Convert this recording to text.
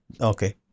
Okay